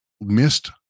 missed